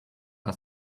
are